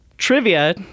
Trivia